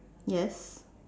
yes